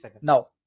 Now